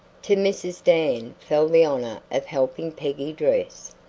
to mrs. dan fell the honor of helping peggy dress.